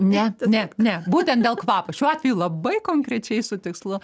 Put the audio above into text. ne ne ne būtent dėl kvapo šiuo atveju labai konkrečiai su tikslu